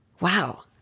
Wow